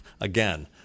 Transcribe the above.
again